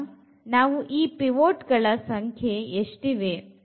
ಈಗ ನಾವು ಈ ಪಿವೊಟ್ ಗಳ ಸಂಖ್ಯೆ ಗಳು ಎಷ್ಟಿವೆ